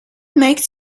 makes